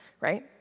right